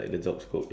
ya